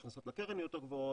הכנסות לקרן יותר גבוהות,